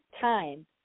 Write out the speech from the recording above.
time